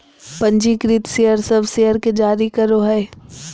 पंजीकृत शेयर सब शेयर के जारी करो हइ